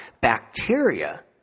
Bacteria